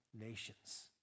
nations